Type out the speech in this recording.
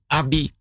abi